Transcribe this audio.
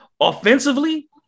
Offensively